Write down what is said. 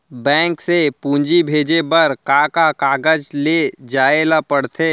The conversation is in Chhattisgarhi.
बैंक से पूंजी भेजे बर का का कागज ले जाये ल पड़थे?